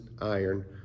iron